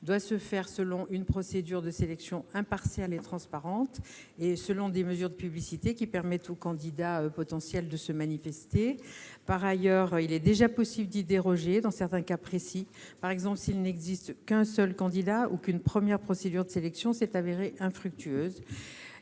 doit se faire selon une procédure de sélection impartiale et transparente et selon des mesures de publicité permettant aux candidats potentiels de se manifester. Par ailleurs, il est déjà possible d'y déroger dans certains cas précis, par exemple s'il n'existe qu'un seul candidat ou si une première procédure de sélection s'est avérée infructueuse.